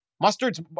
Mustard's